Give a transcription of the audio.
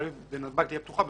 בנתב"ג תהיה פתוחה?